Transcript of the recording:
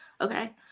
okay